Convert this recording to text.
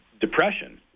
depression